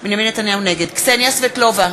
קסניה סבטלובה,